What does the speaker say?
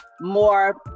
more